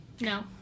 No